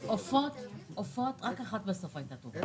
ו-30,871 אלפי שקלים בהוצאה מותנית בהכנסה.